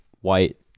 white